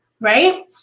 Right